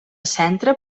centre